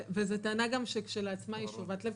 וזאת טענה שכשלעצמה היא שובת לב,